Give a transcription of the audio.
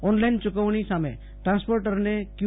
online ચુંકવણી સામે ટ્રાન્સપોર્ટેરને ક્વુ